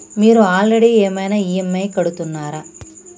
మీరు ఆల్రెడీ ఏమైనా ఈ.ఎమ్.ఐ కడుతున్నారా?